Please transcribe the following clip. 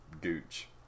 Gooch